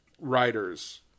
writers